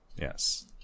Yes